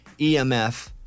EMF